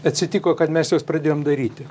atsitiko kad mes juos pradėjom daryti